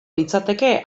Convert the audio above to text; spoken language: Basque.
litzateke